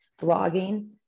blogging